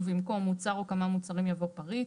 ובמקום "מוצר או כמה מוצרים" יבוא "פריט".